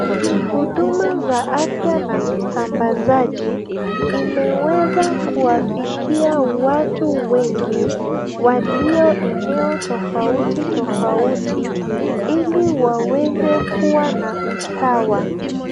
Huduma za afya na usambazaji imeweza kuwafikia watu wengi walio eneo tofauti tofauti ili waweze kuwa na usawa.